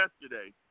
yesterday